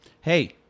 Hey